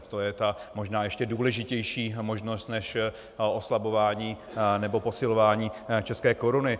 To je ta možná ještě důležitější možnost než oslabování nebo posilování české koruny.